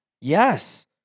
Yes